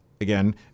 again